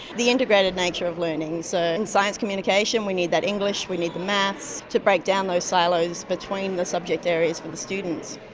the integrated nature of learning. so in science communication, we need that english, we need the maths to break down those silos between the subject areas for the students.